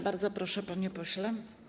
Bardzo proszę, panie pośle.